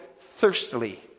thirstily